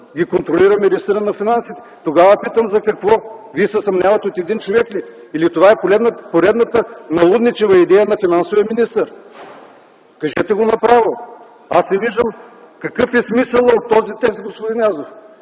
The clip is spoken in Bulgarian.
ги контролира министърът на финансите. Тогава питам – за какво? Вие се съмнявате в един човек ли? Или това е поредната налудничава идея на финансовия министър? Кажете го направо! Аз не виждам какъв е смисълът от този текст, господин Язов?